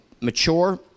mature